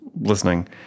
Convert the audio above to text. listening